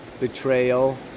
betrayal